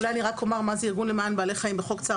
אולי אני רק אומר מה זה ארגון למען בעלי חיים בחוק צער